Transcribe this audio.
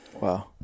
Wow